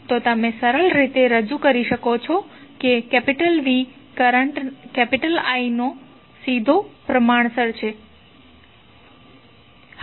તો તમે સરળ રીતે રજૂ કરી શકો છો કે V કરંટ I ને સીધો પ્રમાણસર છે